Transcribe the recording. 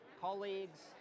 colleagues